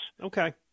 Okay